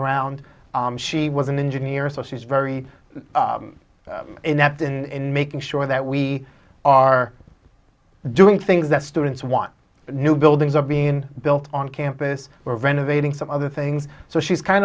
around she was an engineer so she's very inept in making sure that we are doing things that students want new buildings are being built on campus we're renovating some other things so she's kind